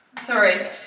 Sorry